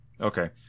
okay